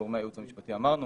גורמי הייעוץ המשפטי, אמרנו.